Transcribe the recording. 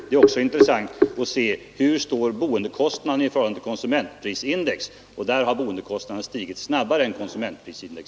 Det är också intressant att se boendekostnaden i förhållande till konsumentprisindex, och det är ett faktum att boendekostnaden har stigit snabbare än konsumentprisindex.